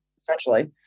Essentially